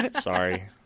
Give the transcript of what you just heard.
Sorry